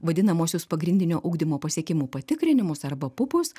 vadinamuosius pagrindinio ugdymo pasiekimų patikrinimus arba pupus